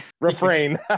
refrain